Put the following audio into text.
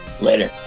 Later